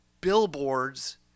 billboards